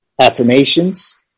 affirmations